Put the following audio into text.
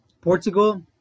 Portugal